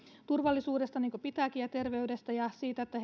turvallisuudesta niin kuin pitääkin ja terveydestä ja siitä että